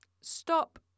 Stop